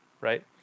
right